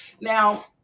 Now